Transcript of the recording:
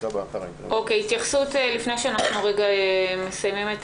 לפני שאנחנו מסיימים את